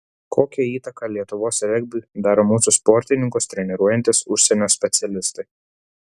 kokią įtaką lietuvos regbiui daro mūsų sportininkus treniruojantys užsienio specialistai